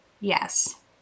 Yes